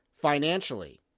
financially